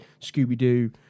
scooby-doo